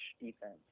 defense